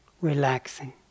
relaxing